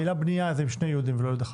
המילה "בנייה" היא עם שתי יו"דים, ולא יו"ד אחת.